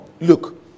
Look